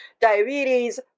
diabetes